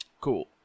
Cool